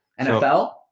NFL